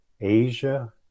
Asia